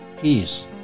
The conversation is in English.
peace